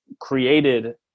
created